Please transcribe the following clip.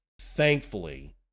Thankfully